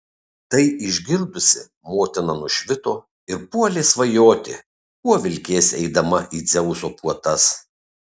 tai išgirdusi motina nušvito ir puolė svajoti kuo vilkės eidama į dzeuso puotas